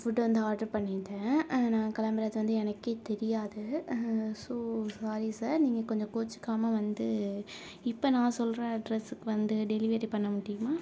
food வந்து order பண்ணிருந்த நான் கிளம்புறது வந்து எனக்கே தெரியாது ஸோ சாரி சார் நீங்கள் கொஞ்ச கோச்சுக்காமல் வந்து இப்போ நான் சொல்லுற அட்ரஸ்க்கு வந்து டெலிவரி பண்ண முடியுமா